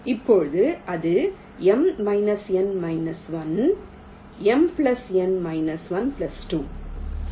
இப்போது அது M N 1 M N 1 2